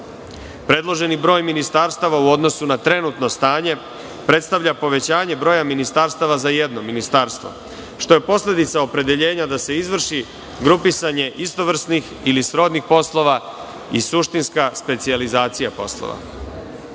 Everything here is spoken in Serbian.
broj ministarstava u odnosu na trenutno stanje, predstavlja povećanje broja ministarstava za jedno ministarstvo, a što je posledica opredeljenja grupisanje istovrsnih ili srodnih poslova, i suštinska specijalizacija poslova.U